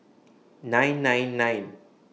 nine nine nine